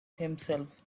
himself